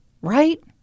Right